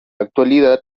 actualidad